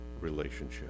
relationship